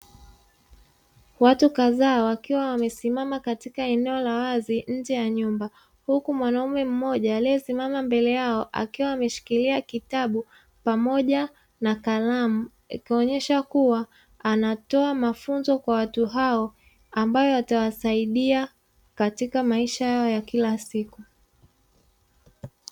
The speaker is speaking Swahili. Watu kadhaa, wakiwa wamesimama katika eneo la wazi nje ya nyumba. Huku mwanaume mmoja aliyesimama mbele yao akiwa ameshikilia kitabu pamoja na kalamu. Ikionyesha kuwa anatoa mafunzo kwa watu hao ambayo yatawasaidia katika maisha yao ya kila siku.